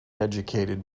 educated